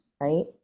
Right